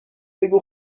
بگو